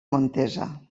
montesa